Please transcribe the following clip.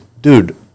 dude